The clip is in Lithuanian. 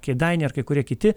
kėdainiai ar kai kurie kiti